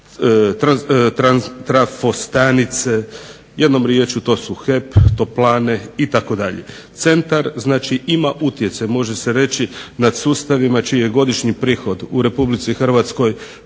trafostanice. Jednom rječju, to su HEP, toplane itd. Centar znači ima utjecaj nad sustavima čiji je godišnji prihod u Republici Hrvatskoj